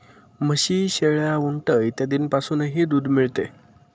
म्हशी, शेळ्या, उंट इत्यादींपासूनही दूध मिळते